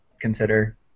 consider